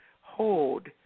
hold